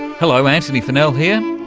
hello antony funnell here,